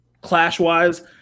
Clash-wise